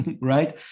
right